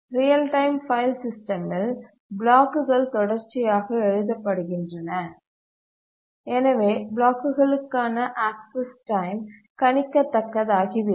real time file சிஸ்டமில் பிளாக்குகள் தொடர்ச்சியாக எழுதப்படுகின்றன எனவே பிளாக்குகளுக்கான ஆக்சஸ் டைம் கணிக்கத்தக்கதாகிவிடும்